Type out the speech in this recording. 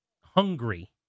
hungry